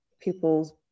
people's